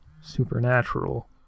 supernatural